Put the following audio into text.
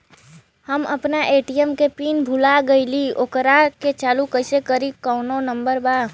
हम अपना ए.टी.एम के पिन भूला गईली ओकरा के चालू कइसे करी कौनो नंबर बा?